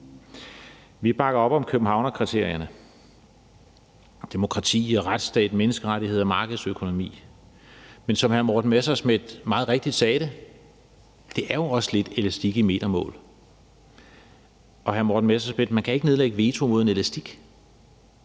Vi bakker op om Københavnskriterierne: demokrati, retsstat, menneskerettigheder og markedsøkonomi. Men som hr. Morten Messerschmidt meget rigtigt sagde, er det jo også lidt elastik i metermål, og, hr. Morten Messerschmidt, man kan ikke nedlægge veto mod en elastik.